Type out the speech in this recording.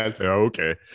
Okay